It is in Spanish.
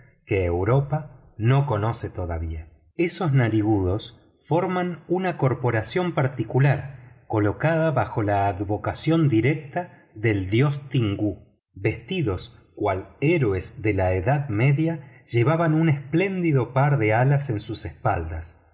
europa no conoce todavía esos narigudos forman una corporación particular colocada bajo la advocación directa del dios tingú vestidos cual héroes de la edad media llevaban un espléndido par de alas en sus espaldas